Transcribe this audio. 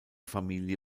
familie